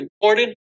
important